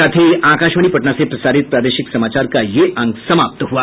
इसके साथ ही आकाशवाणी पटना से प्रसारित प्रादेशिक समाचार का ये अंक समाप्त हुआ